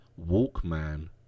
walkman